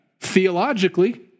theologically